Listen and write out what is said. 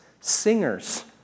Singers